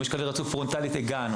יש כאלה שרצו פרונטלית והגענו.